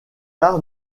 art